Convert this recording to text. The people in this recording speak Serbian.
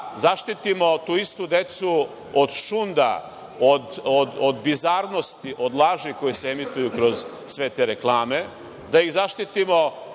zaštitimo tu istu decu od šunda, od bizarnosti, od laži koje se emituju kroz sve te reklame, da ih zaštitimo